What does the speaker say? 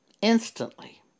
instantly